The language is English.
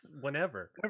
whenever